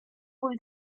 były